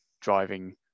driving